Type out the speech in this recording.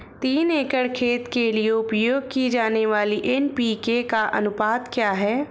तीन एकड़ खेत के लिए उपयोग की जाने वाली एन.पी.के का अनुपात क्या है?